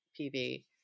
PV